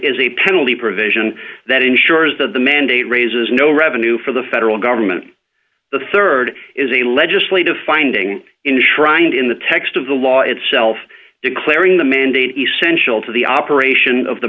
is a penalty provision that ensures that the mandate raises no revenue for the federal government the rd is a legislative finding in the shrine in the text of the law itself declaring the mandate essential to the operation of the